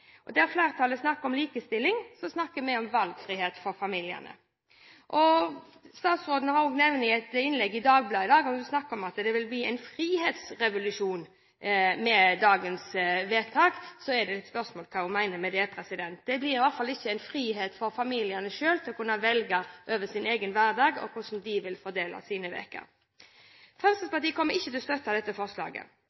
familiepolitikk. Der regjeringspartiene holder fast på et system, snakker høyresiden om familiene. Der flertallet snakker om likestilling, snakker vi om valgfrihet for familiene. Statsråden sa i Dagbladet i dag at det vil bli en «frihetsrevolusjon» med dagens vedtak. Da er det et spørsmål hva hun mener med det. Det blir i hvert fall ikke en frihet for familiene til selv å kunne velge sin egen hverdag og hvordan de vil fordele sine